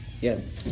yes